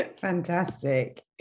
Fantastic